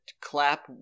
clap